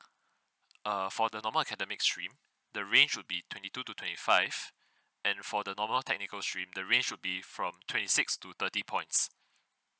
err for the normal academic stream the range would be twenty two to twenty five and for the normal technical stream the range should be from twenty six to thirty points